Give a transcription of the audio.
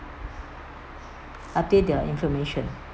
update their information